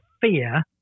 fear